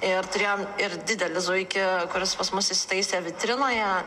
ir turėjom ir didelį zuikį kuris pas mus įsitaisė vitrinoje